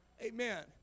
Amen